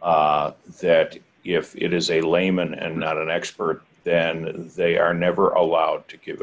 that if it is a layman and not an expert then they are never allowed to g